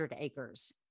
acres